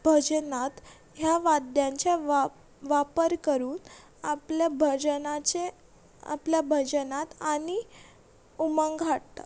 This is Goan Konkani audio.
भजनांत ह्या वाद्यांचे वापर करून आपले भजनाचें आपल्या भजनांत आनी उमंग हाडटा